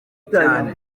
cyane